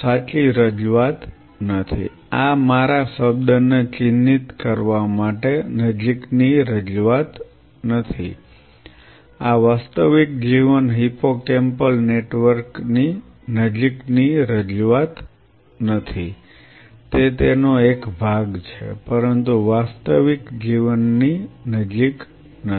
સાચી રજૂઆત નથી આ મારા શબ્દને ચિહ્નિત કરવા માટે નજીકની રજૂઆત નથી આ વાસ્તવિક જીવન હિપ્પોકેમ્પલ નેટવર્ક ની નજીકની રજૂઆત નથી તે તેનો એક ભાગ છે પરંતુ વાસ્તવિક જીવનની નજીક નથી